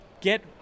get